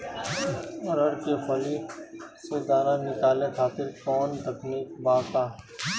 अरहर के फली से दाना निकाले खातिर कवन तकनीक बा का?